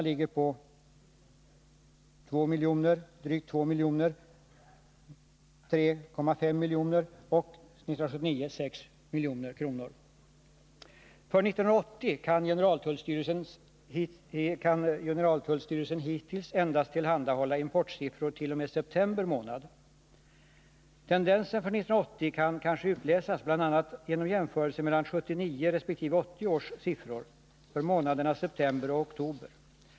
För 1980 kan generaltullstyrelsen hittills endast tillhandahålla importsiffrort.o.m. september månad. Tendensen för 1980 kan kanske utläsas bl.a. genom jämförelse mellan 1979 och 1980 års siffror för månaderna september och oktober.